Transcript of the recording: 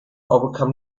overcome